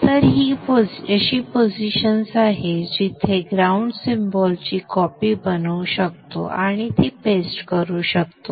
तर ही अशी पोझिशन्स आहेत जी आपण ग्राउंड सिम्बॉल ची कॉपी बनवू शकतो आणि ती पेस्ट करू शकतो